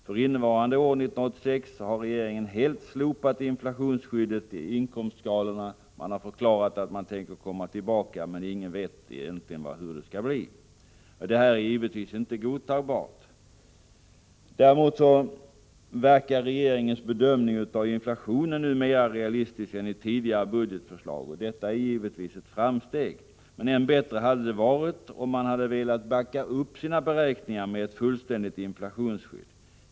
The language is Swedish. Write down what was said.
För innevarande år, 1986, har regeringen helt slopat inflationsskyddet i inkomstskalorna. Man har förklarat att man tänker komma tillbaka, men ingen vet egentligen hur det skall bli. Det här är givetvis inte godtagbart. Däremot verkar regeringens bedömning av inflationen nu mera realistisk än i tidigare budgetförslag, och detta är givetvis ett framsteg. Men än bättre hade det varit om man hade velat backa upp sina beräkningar med ett fullständigt inflationsskydd.